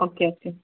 okay okay